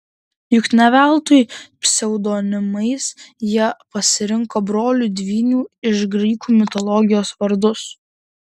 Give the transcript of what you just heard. juk ne veltui pseudonimais jie pasirinko brolių dvynių iš graikų mitologijos vardus